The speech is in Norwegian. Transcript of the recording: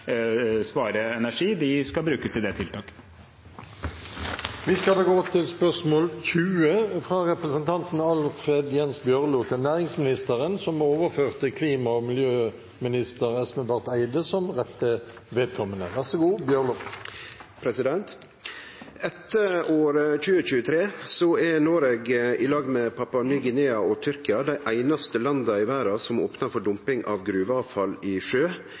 spare energi, skal brukes til det tiltaket. Vi går da til spørsmål 20. Spørsmål 20, fra representanten Alfred Jens Bjørlo til næringsministeren, er overført til klima- og miljøminister Espen Barth Eide som rette vedkommende. «Etter 2023 er Noreg saman med Papua Ny-Guinea og Tyrkia dei einaste landa i verda som opnar for dumping av gruveavfall i sjø,